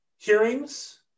Hearings